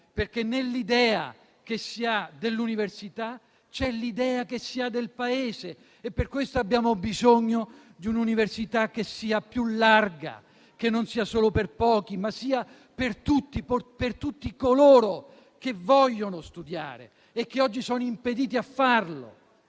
nell'idea che si ha dell'università, c'è l'idea che si ha del Paese; per questo abbiamo bisogno di un'università che sia più larga e che non sia solo per pochi, ma che sia per tutti, per tutti coloro che vogliono studiare e che oggi sono impediti a farlo.